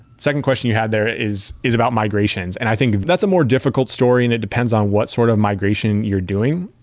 second question you had there is is about migrations, and i think that's a more difficult story and it depends on what sort of migration you're doing.